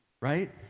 right